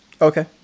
Okay